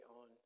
on